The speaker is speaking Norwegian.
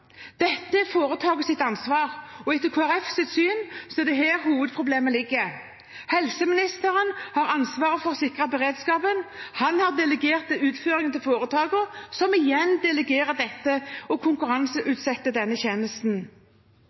Dette er foretakets ansvar, og etter Kristelig Folkepartis syn er det her hovedproblemet ligger. Helseministeren har ansvaret for å sikre beredskapen. Han har delegert utføringen til foretakene, som igjen delegerer dette og konkurranseutsetter denne tjenesten.